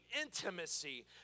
intimacy